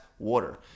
water